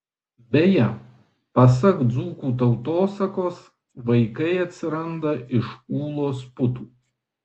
beje pasak dzūkų tautosakos vaikai atsiranda iš ūlos putų